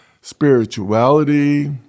spirituality